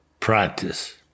practice